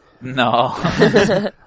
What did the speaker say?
no